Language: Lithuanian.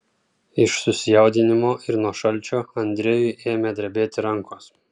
iš susijaudinimo ir nuo šalčio andrejui ėmė drebėti rankos